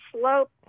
slope